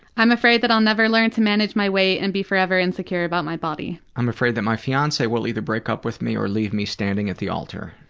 i'm afraid that i'll never learn to manage my weight and be forever insecure about my body. i'm afraid that my fiance will either break up with me or leave me standing at the altar.